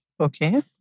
okay